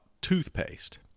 toothpaste